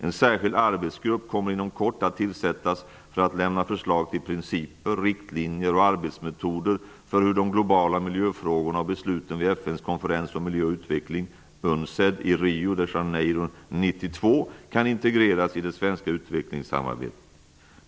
En särskild arbetsgrupp kommer inom kort att tillsättas för att lämna förslag till principer, riktlinjer och arbetsmetoder för hur de globala miljöfrågorna och besluten vid FN:s konferens om miljö och utveckling, UNCED, i Rio de Janeiro 1992 kan integreras i det svenska utvecklingssamarbetet.